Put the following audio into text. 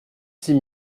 six